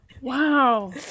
wow